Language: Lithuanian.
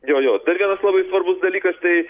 jo jo dar vienas labai svarbus dalykas tai